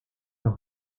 los